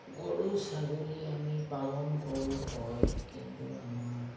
গৰু ছাগলী আমি পালন কৰোঁ হয় কিন্তু আমাৰ